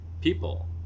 people